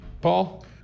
Paul